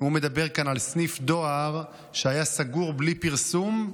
הוא מדבר כאן על סניף דואר שהיה סגור בלי פרסום,